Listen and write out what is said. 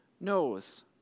knows